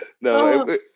No